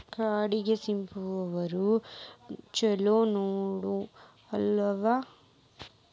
ಕಡ್ಲಿಗೆ ಸ್ಪ್ರಿಂಕ್ಲರ್ ಛಲೋನೋ ಅಲ್ವೋ?